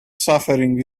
suffering